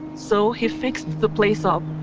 so he fixed the place up,